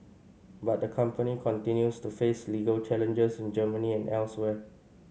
but the company continues to face legal challenges in Germany and elsewhere